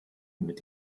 mit